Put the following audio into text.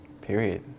Period